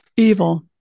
evil